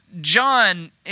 John